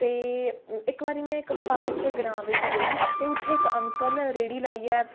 ते इक बारी में इक पास दे ग्रां बिच गेई ते उत्थै इक अंकल रेड़ी लाइये